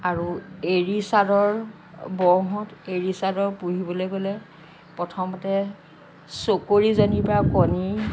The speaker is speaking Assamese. আৰু এড়ী চাদৰ বওঁহক এড়ী চাদৰ পুহিবলৈ গ'লে প্ৰথমতে চকৰিজনীৰ পৰা কণী